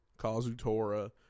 Kazutora